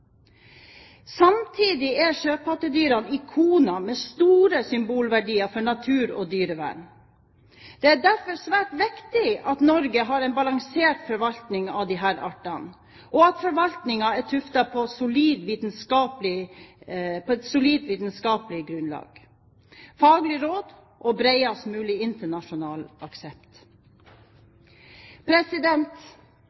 Samtidig er sjøpattedyrene ikoner med store symbolverdier for natur- og dyrevern. Det er derfor svært viktig at Norge har en balansert forvaltning av disse artene, og at forvaltningen er tuftet på et solid vitenskapelig grunnlag, faglige råd og bredest mulig internasjonal aksept.